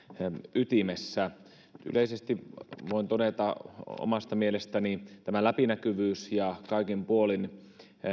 ytimessä yleisesti voin todeta että omasta mielestäni läpinäkyvyys ja kaikin puolin